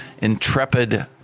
intrepid